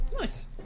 Nice